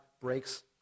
breaks